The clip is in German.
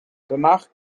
danach